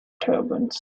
turbans